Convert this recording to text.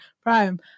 Prime